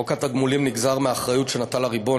חוק התגמולים נגזר מהאחריות שנטל הריבון,